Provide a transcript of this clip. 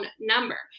number